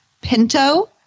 Pinto